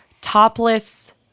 topless –